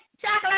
chocolate